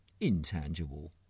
intangible